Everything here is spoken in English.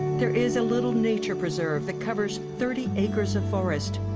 there is a little nature preserve that covers thirty acres of forest,